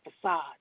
facade